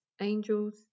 angels